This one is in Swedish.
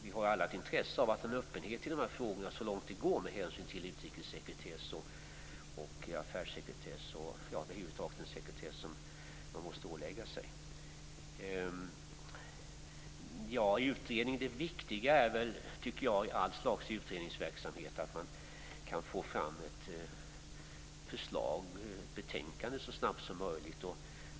Vi har alla ett intresse av att ha öppenhet i dessa frågor, så långt det går med hänsyn till utrikessekretess, affärssekretess och över huvud taget den sekretess som man måste ålägga sig. Det viktiga i all slags utredningsverksamhet är att man kan få fram ett förslag och ett betänkande så snabbt som möjligt.